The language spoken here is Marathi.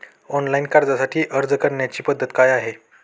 ऑनलाइन कर्जासाठी अर्ज करण्याची पद्धत काय आहे?